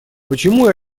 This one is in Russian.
почему